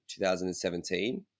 2017